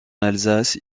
alsace